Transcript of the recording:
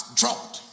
dropped